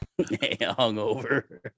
hungover